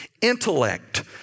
intellect